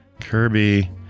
Kirby